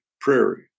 prairie